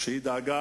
כאן בכנסת.